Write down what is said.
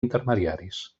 intermediaris